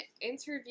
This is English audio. interview